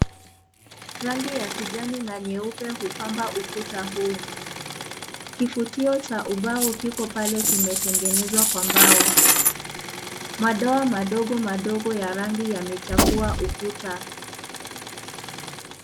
Rangi ya kijani na nyeupe hupamba ukuta huo. Kifutio cha umbao kiko pale kimetengenezwa na mbao . Madoa madogo madogo ya rangi yamechafua ukuta.